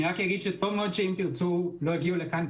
אני רק אגיד שטוב מאוד ש"אם תרצו" לא הגיעו לכאן,